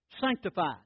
Sanctified